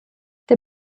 der